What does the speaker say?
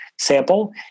sample